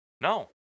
No